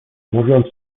mówiąc